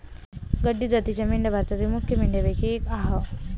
गड्डी जातीच्या मेंढ्या भारतातील मुख्य मेंढ्यांपैकी एक आह